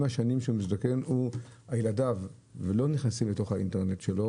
השנים שהוא מזדקן ילדיו לא נכנסים לתוך האינטרנט שלו